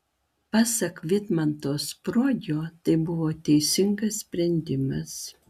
pasak vidmanto spruogio tai buvo teisingas sprendimas